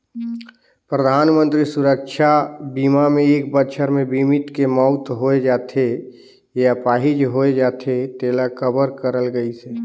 परधानमंतरी सुरक्छा बीमा मे एक बछर मे बीमित के मउत होय जाथे य आपाहिज होए जाथे तेला कवर करल गइसे